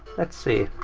let's see.